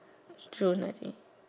June I think